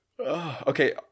Okay